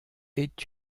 est